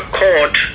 court